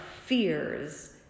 fears